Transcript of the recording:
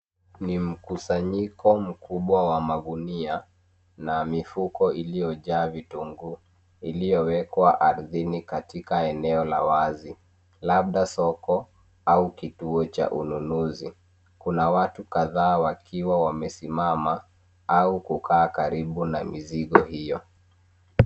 Ni mkusanyiko mkubwa wa magunia, na mifuko iliyojaa vitunguu, iliyowekwa ardhini katika eneo la wazi, labda soko, au kituo cha ununuzi. Kuna watu kadhaa wakiwa wamesimama, au kukaa karibu na mizigo hiyo.